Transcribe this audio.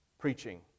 preaching